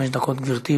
גברתי.